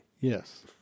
Yes